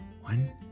One